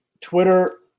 Twitter